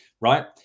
right